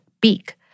beak